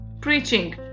preaching